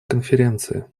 конференции